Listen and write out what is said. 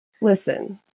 Listen